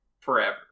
forever